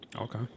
okay